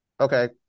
okay